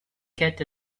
get